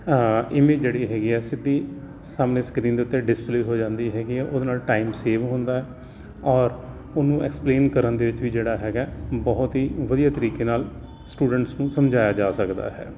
ਹਾਂ ਇਮੇਜ ਜਿਹੜੀ ਹੈਗੀ ਆ ਸਿੱਧੀ ਸਾਹਮਣੇ ਸਕਰੀਨ ਦੇ ਉੱਤੇ ਡਿਸਪਲੇਅ ਹੋ ਜਾਂਦੀ ਹੈਗੀ ਆ ਉਹਦੇ ਨਾਲ ਟਾਈਮ ਸੇਵ ਹੁੰਦਾ ਔਰ ਉਹਨੂੰ ਐਕਸਪਲੇਨ ਕਰਨ ਦੇ ਵਿੱਚ ਵੀ ਜਿਹੜਾ ਹੈਗਾ ਬਹੁਤ ਹੀ ਵਧੀਆ ਤਰੀਕੇ ਨਾਲ ਸਟੂਡੈਂਟਸ ਨੂੰ ਸਮਝਾਇਆ ਜਾ ਸਕਦਾ ਹੈ